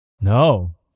no